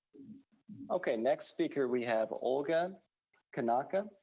okay, next speaker, we have olga konakka,